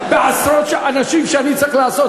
בעשרות אנשים שאני צריך לעשות